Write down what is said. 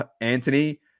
anthony